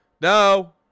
no